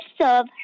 serve